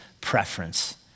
preference